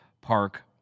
park